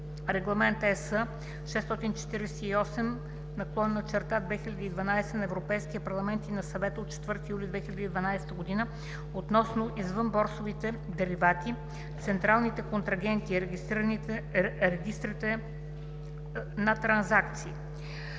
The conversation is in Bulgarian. Регламент (ЕС) № 648/2012 на Европейския парламент и на Съвета от 4 юли 2012 г. относно извънборсовите деривати, централните контрагенти и регистрите на транзакции